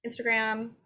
Instagram